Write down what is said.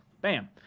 Bam